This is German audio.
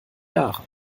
jahre